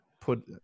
put